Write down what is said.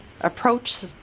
approach